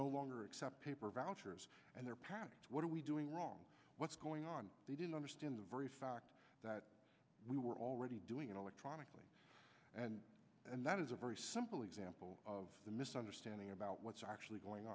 no longer accept paper vouchers and their parents what are we doing wrong what's going on they didn't understand the very fact that we were already doing it electronically and that is a very simple example of a misunderstanding about what's actually going